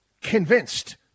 convinced